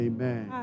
Amen